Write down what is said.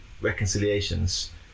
reconciliations